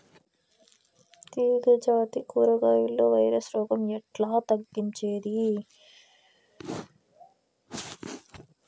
తీగ జాతి కూరగాయల్లో వైరస్ రోగం ఎట్లా తగ్గించేది?